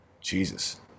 Jesus